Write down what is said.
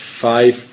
five